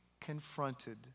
confronted